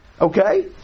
okay